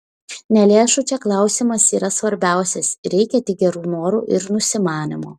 ne lėšų čia klausimas yra svarbiausias reikia tik gerų norų ir nusimanymo